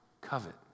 covet